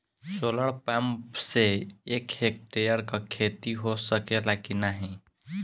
Solar pump से एक hectare क खेती हो सकेला की नाहीं?